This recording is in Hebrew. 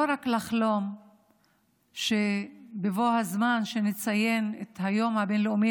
לא רק לחלום שבבוא הזמן כשנציין את היום הבין-לאומי